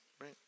right